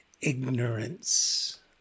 ignorance